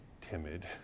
timid